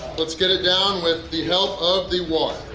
let's get it down with the help of the water.